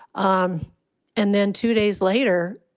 um and then two days later,